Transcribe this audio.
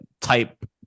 type